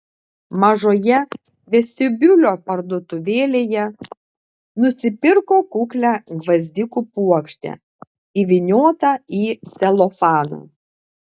mažoje vestibiulio parduotuvėlėje nusipirko kuklią gvazdikų puokštę įvyniotą į celofaną